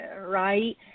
right